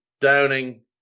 Downing